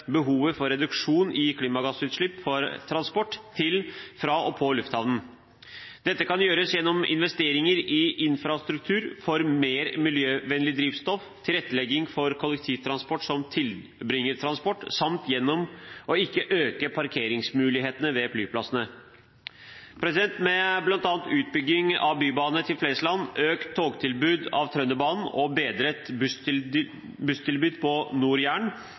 behovet for reduksjon i klimagassutslipp for transport til, fra og på lufthavnen. Dette kan gjøres gjennom investeringer i infrastruktur for mer miljøvennlig drivstoff, tilrettelegging for kollektivtrafikk som tilbringertransport samt gjennom å ikke øke parkeringsmulighetene ved flyplassene. Blant annet med utbygging av bybane til Flesland, økt togtilbud på Trønderbanen og bedret busstilbud på